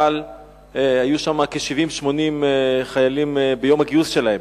היו שם 70 80 חיילים ביום הגיוס שלהם,